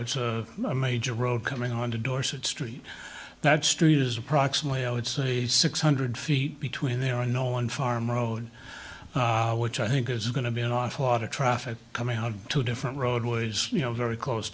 it's a major road coming on to dorset street that street is approximately i would say six hundred feet between there are no one farm road which i think is going to be an awful lot of traffic coming out to different roadways you know very close